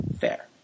fair